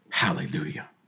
Hallelujah